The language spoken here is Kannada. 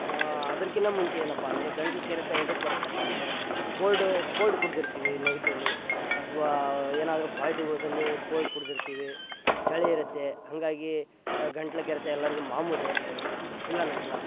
ಅದ್ರಕ್ಕಿನ ಮುಂಚೆ ಏನಪ್ಪ ಅಂದರೆ ಗಂಟ್ಲು ಕೆರೆತ ಎದಕ್ಕೆ ಬರುತ್ತಪ್ಪಾಂದ್ರೆ ಕೋಲ್ಡು ಕೋಲ್ಡ್ ಕುಡಿದಿರ್ತಿವೀ ನೈಟ್ ಅಲ್ಲಿ ಅಥವಾ ಏನಾದರು ಪಾರ್ಟಿಗೋದಲ್ಲಿ ಕೋಲ್ಡ್ ಕುಡಿದಿರ್ತಿವೀ ಚಳಿ ಇರುತ್ತೆ ಹಾಗಾಗಿ ಗಂಟ್ಲು ಕೆರೆತ ಎಲ್ಲಾರಿಗು ಮಾಮೂಲಿ ಇಲ್ಲ ನಂಗಿಲ್ಲ